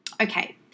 Okay